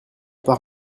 part